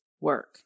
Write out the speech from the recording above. work